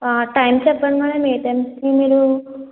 time చెప్పండి madam ఏ టైమ్కి మీరు